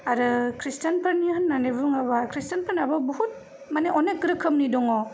आरो खृीष्टानफोरनि होननानै बुङोबा खृीष्टानफोरनाबो बहुत मानि अनेग रोखोमनि दङ